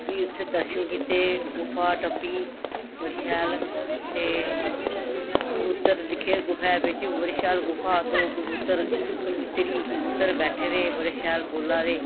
फ्ही उत्थे दर्शन कीते गुफा टप्पी बड़ी शैल ते कबूतर दिक्खे गुफा बिच्च बड़ी शैल गुफा दो कबूतर कलबुतरी कलबूतर बैठे दे बड़े शैल बोलै दे